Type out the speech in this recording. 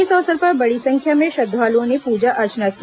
इस अवसर पर बड़ी संख्या में श्रद्वालुओं ने पूजा अर्चना की